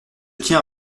tiens